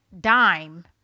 dime